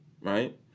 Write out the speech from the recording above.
right